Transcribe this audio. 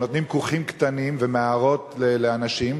ונותנים כוכים קטנים ומערות לאנשים.